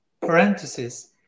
parenthesis